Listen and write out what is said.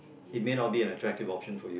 it may not be an attractive option for you